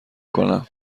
کنم